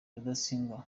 rudasingwa